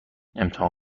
امتحان